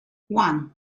one